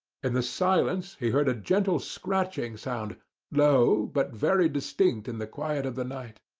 and the silence he heard a gentle scratching sound low, but very distinct in the quiet of the night.